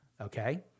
Okay